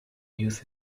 youth